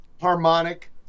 harmonic